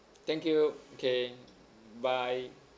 thank you okay bye